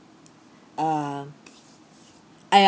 uh I